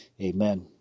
amen